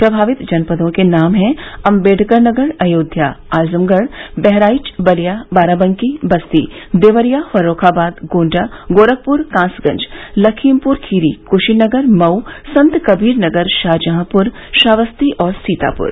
प्रभावित जनपदों के नाम है अम्बेडकर नगर अयोध्या आजमगढ़ बहराइच बलिया बाराबंकी बस्ती देवरिया फर्रूखाबाद गोण्डा गोरखपुर कासगंज लखीमपुर खीरी क्शीनगर मऊ संतकबीरनगर शाहजहांपुर श्रावस्ती तथा सीतापुर